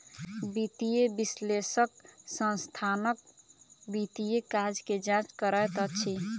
वित्तीय विश्लेषक संस्थानक वित्तीय काज के जांच करैत अछि